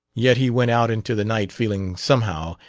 yet he went out into the night feeling, somehow,